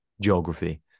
Geography